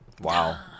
Wow